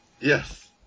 Yes